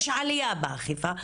יש עלייה באכיפה,